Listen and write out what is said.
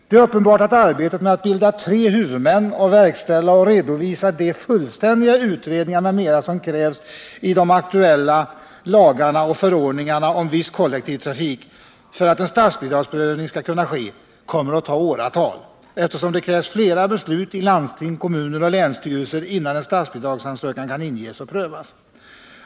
Det är uppenbart att arbetet med att bilda tre huvudmän och verkställa och redovisa de fullständiga utredningar m.m. som krävs i de aktuella lagarna och förordningarna om viss kollektiv trafik för att en statsbidragsprövning skall kunna ske kommer att ta åratal, eftersom det krävs flera beslut i landsting, kommuner och länsstyrelser innan en statsbidragsansökan kan inges och prövas.